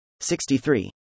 63